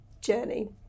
journey